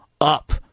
up